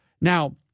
Now